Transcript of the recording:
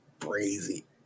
crazy